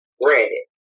granted